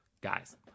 Guys